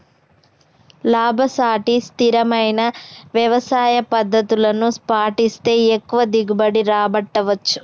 లాభసాటి స్థిరమైన వ్యవసాయ పద్దతులను పాటిస్తే ఎక్కువ దిగుబడి రాబట్టవచ్చు